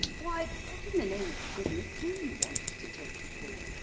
why, what in the name of goodness do you want us to take you for?